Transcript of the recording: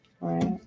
right